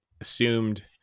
assumed